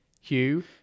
Hugh